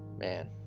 man,